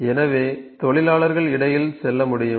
எனவே தொழிலாளர்கள் இடையில் செல்ல முடியும்